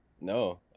no